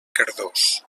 cardós